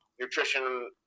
nutrition –